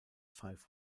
five